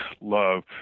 love –